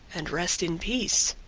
and rest in peace.